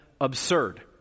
absurd